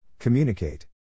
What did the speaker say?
Communicate